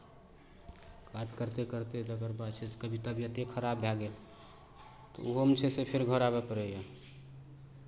काज करिते करिते तकर बाद छै से कभी तबियते खराब भए गेल तऽ ओहोमे छै से फेर घर आबय पड़ैए